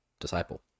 disciple